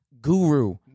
guru